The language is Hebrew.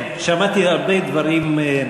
שמעתי הרבה דברים,